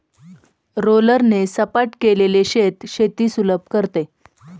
रोलरने सपाट केलेले शेत शेती सुलभ करते